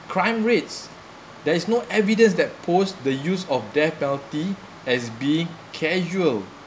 crime rates there is no evidence that posed the use of death penalty as being casual